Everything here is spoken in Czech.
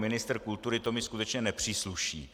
Jako ministr kultury to mi skutečně nepřísluší.